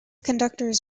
conductors